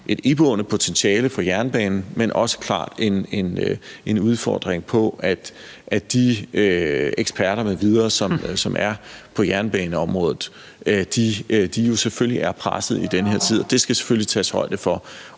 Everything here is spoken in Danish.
et iboende potentiale for jernbanen, men det er klart også en udfordring, at de eksperter m.v., som er på jernbaneområdet, jo selvfølgelig er pressede i den her tid, og det skal der selvfølgelig tages højde for,